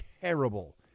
terrible